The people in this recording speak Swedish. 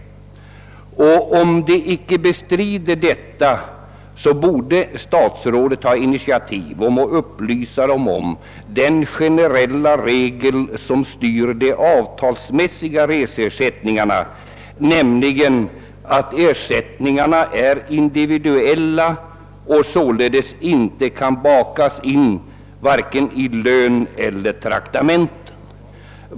Om de icke förnekar detta behov, borde statsrådet ta initiativ till att upplysa dem om den generella regel som styr de avtalsmässiga reseersättningarna och där det heter, att dessa ersättningar är individuella och således inte kan bakas in vare sig i lön eller i traktamente.